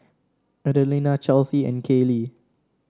Adelina Chelsea and Kayli